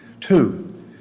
Two